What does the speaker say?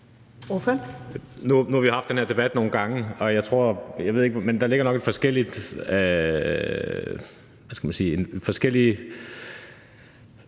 Nu har vi haft den her debat nogle gange, og jeg ved ikke, men der ligger nok en forskellig – hvad skal man sige – forudsætning